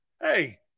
Hey